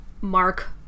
Mark